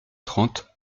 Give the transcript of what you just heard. trente